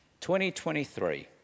2023